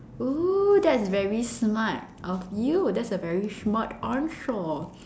oo that's very smart of you that's a very smart answer